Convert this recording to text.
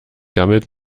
gammelt